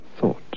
thought